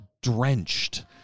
drenched